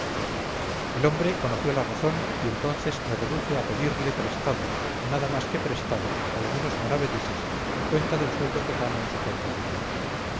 el hombre conoció la razón y entonces me reduje a pedirle prestados nada más que prestados algunos maravedises a cuenta del sueldo que gano en su contaduría